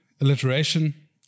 Alliteration